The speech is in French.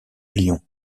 lyon